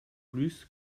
plus